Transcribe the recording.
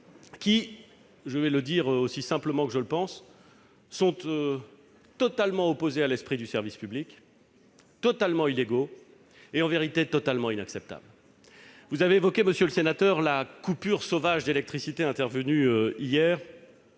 qui, je le dis aussi simplement que je le pense, sont totalement opposés à l'esprit du service public, totalement illégaux et, en vérité, totalement inacceptables. Vous avez évoqué, monsieur le sénateur, la coupure sauvage d'électricité qui est intervenue hier